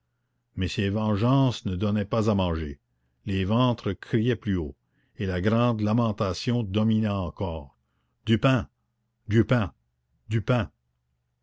mais ces vengeances ne donnaient pas à manger les ventres criaient plus haut et la grande lamentation domina encore du pain du pain du pain